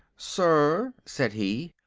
sir, said he,